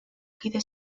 kide